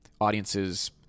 audiences